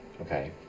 Okay